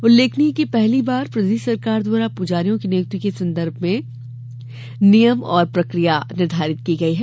उल्लेखनीय है कि पहली बार प्रदेश सरकार द्वारा पुजारियों की नियुक्तियों के संबंध में नियम और प्रक्रिया निर्धारित की गई है